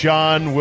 John